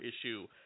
issue